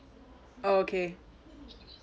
okay